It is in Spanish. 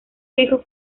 hijo